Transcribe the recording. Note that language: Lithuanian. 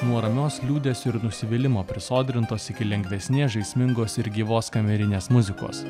nuo ramios liūdesio ir nusivylimo prisodrintos iki lengvesnės žaismingos ir gyvos kamerinės muzikos